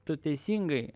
tu teisingai